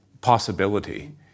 possibility